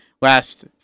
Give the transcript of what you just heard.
last